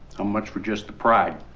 ah much for just the pride